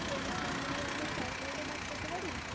pencil দিয়ে আমি চারকোলটার কাজ করতে পারি